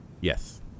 Yes